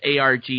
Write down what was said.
ARG